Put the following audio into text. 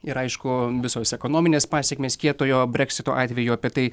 ir aišku visos ekonominės pasekmės kietojo breksito atveju apie tai